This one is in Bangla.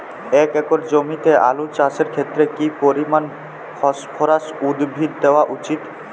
এক একর জমিতে আলু চাষের ক্ষেত্রে কি পরিমাণ ফসফরাস উদ্ভিদ দেওয়া উচিৎ?